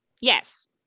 Yes